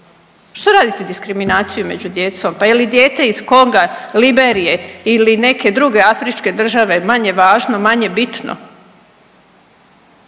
što radite diskriminaciju među djecom? Pa je li dijete iz Konga, Liberije ili neke druge afričke države manje važno, manje bitno?